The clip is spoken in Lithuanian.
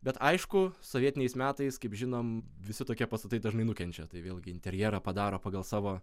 bet aišku sovietiniais metais kaip žinom visi tokie pastatai dažnai nukenčia tai vėlgi interjerą padaro pagal savo